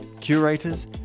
curators